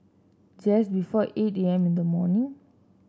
just before eight A M in the morning